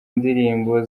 ndirimbo